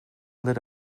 lit